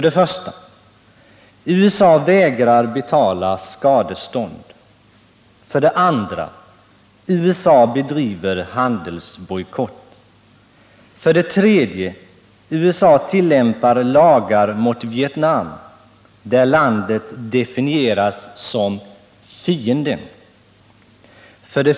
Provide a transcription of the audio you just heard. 1) USA vägrar betala skadestånd. 2) USA bedriver handelsbojkott. 3) USA tillämpar lagar mot Vietnam där landet definieras som ”fienden”.